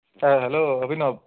hello Abhinav